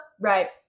Right